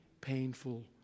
painful